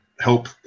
help